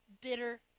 bitter